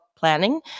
planning